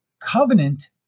covenant